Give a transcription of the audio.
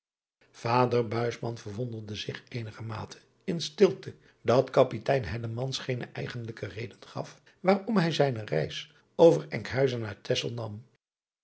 ader verwonderde zich eenigermate in stilte dat apitein geene eigenlijke reden gaf waarom hij zijne reis over nkhuizen naar exel nam